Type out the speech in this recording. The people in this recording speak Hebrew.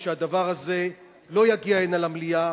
שהדבר הזה לא יגיע הנה למליאה